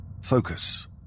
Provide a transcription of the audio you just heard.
focus